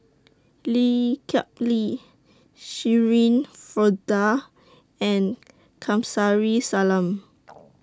Lee Kip Lee Shirin Fozdar and Kamsari Salam